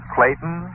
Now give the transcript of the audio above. Clayton